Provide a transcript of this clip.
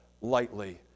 lightly